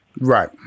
Right